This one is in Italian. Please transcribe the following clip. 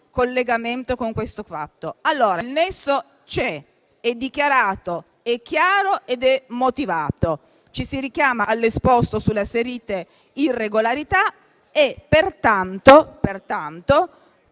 collegamento con questo fatto. Il nesso allora c'è, è dichiarato, è chiaro ed è motivato. Ci si richiama all'esposto sulle asserite irregolarità, pertanto